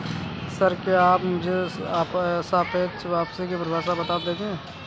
Sir, क्या आप मुझे सापेक्ष वापसी की परिभाषा बता देंगे?